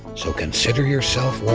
so consider yourself warned.